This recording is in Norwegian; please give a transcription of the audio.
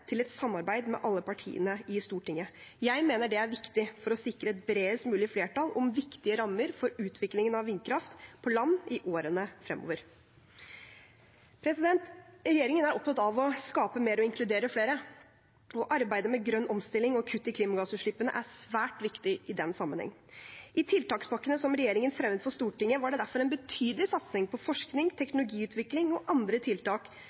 til et samarbeid med alle partiene i Stortinget. Jeg mener det er viktig for å sikre et bredest mulig flertall om viktige rammer for utviklingen av vindkraft på land i årene fremover. Regjeringen er opptatt av å skape mer og inkludere flere, og arbeidet med grønn omstilling og kutt i klimagassutslippene er svært viktig i den sammenheng. I tiltakspakkene som regjeringen fremmet for Stortinget, var det derfor en betydelig satsing på forskning, teknologiutvikling og andre tiltak